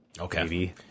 Okay